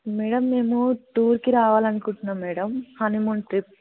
madam మేము టూర్కి రావాలి అనుకుంటున్నాం మ్యాడమ్ హనీమూన్ ట్రిప్